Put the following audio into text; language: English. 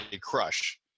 crush